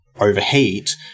overheat